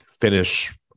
finish